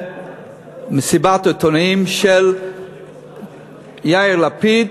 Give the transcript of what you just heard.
במסיבת עיתונאים של יאיר לפיד,